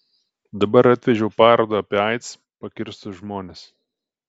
dabar atvežiau parodą apie aids pakirstus žmones